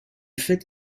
fait